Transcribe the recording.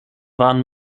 waren